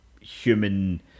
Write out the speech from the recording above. human